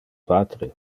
patre